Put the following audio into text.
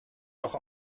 noch